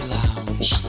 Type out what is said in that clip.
lounge